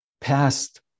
past